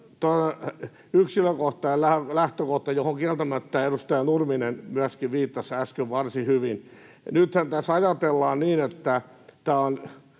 yksilökohtainen lähtökohta, johon kieltämättä edustaja Nurminen myöskin viittasi äsken varsin hyvin: Nythän tässä ajatellaan niin — olen